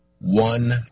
one